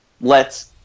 lets